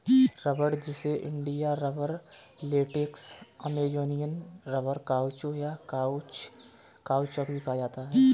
रबड़, जिसे India rubber, latex, Amazonian rubber, काउचो, या काउचौक भी कहा जाता है